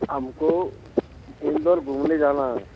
हम को इंदौर घूमने जाना है